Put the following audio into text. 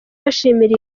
bashimira